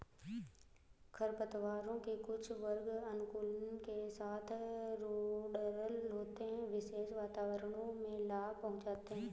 खरपतवारों के कुछ वर्ग अनुकूलन के साथ रूडरल होते है, विशेष वातावरणों में लाभ पहुंचाते हैं